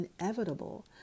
inevitable